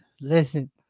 listen